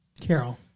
Carol